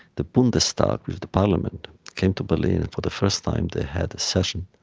the bundestag of the parliament came to berlin and for the first time. they had a session,